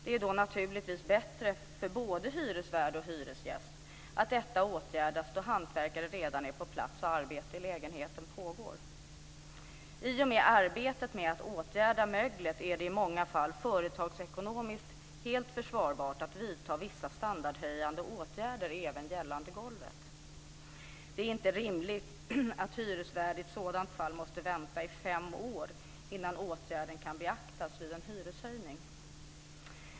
Det är då naturligtvis bättre för både hyresvärd och hyresgäst att detta åtgärdas då hantverkare redan är på plats och arbete i lägenheten pågår. I och med arbetet med att åtgärda möglet är det i många fall företagsekonomiskt helt försvarbart att vidta vissa standardhöjande åtgärder även gällande golvet. Det är inte rimligt att hyresvärden i ett sådant fall måste vänta i fem år innan åtgärden kan beaktas vid en hyreshöjning.